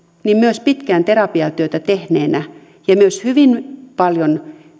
niin myös pitkään terapiatyötä tehneenä ja myös hyvin paljon